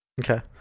Okay